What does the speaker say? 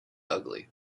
ugly